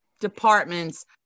departments